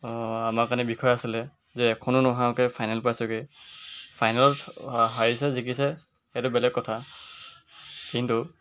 আমাৰ কাৰণে বিষয় আছিলে যে এখনো নহৰাকৈ ফাইনেল পাইছোঁগৈ ফাইনেলত হাৰিছে জিকিছে সেইটো বেলেগ কথা কিন্তু